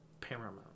paramount